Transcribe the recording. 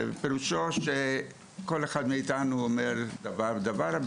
פירושו שכל אחד מאיתנו אומר דבר דבר,